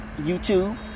YouTube